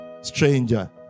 stranger